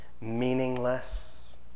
meaningless